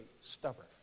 stubborn